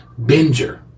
binger